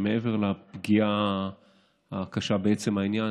שמעבר לפגיעה הקשה בעצם העניין,